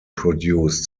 produced